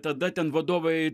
tada ten vadovai